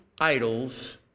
Idols